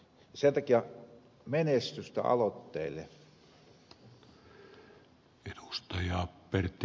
sen takia menestystä aloitteelle